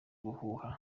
ubuhuha